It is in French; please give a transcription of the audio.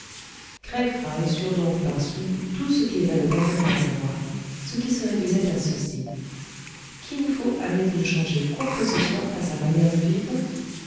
craig fry surent donc par soun tout ce qu'ils avaient intérêt à savoir ce qui se réduisait à ceci kin fo avait-il changé quoi que ce soit à sa manière de vivre